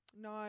No